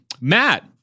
Matt